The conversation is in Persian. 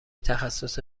تخصص